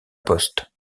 poste